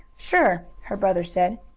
sure! her brother said.